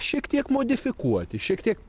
šiek tiek modifikuoti šiek tiek